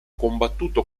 combattuto